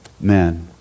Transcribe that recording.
man